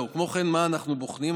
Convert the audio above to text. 4. כמו כן, מה אנחנו בוחנים?